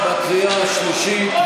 48 בעד, 35 נגד, אין נמנעים.